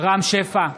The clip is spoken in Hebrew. רם שפע,